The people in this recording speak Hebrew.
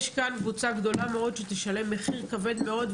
יש כאן קבוצה גדולה מאוד שתשלם מחיר כבד מאוד,